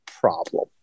problem